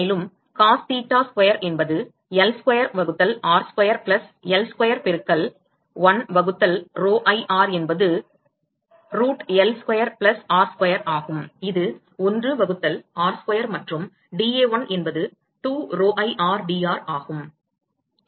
மேலும் cos theta square என்பது L square வகுத்தல் r square plus L square பெருக்கல் 1 வகுத்தல் pi r என்பது root L square plus r square ஆகும் அது 1 வகுத்தல் L ஸ்கொயர் கூட்டல் r ஸ்கொயர் ஆகும் இது 1 வகுத்தல் r ஸ்கொயர் மற்றும் dA1 என்பது 2 pi rdr ஆகும்